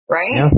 right